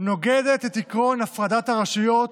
נוגדת את עקרון הפרדת הרשויות,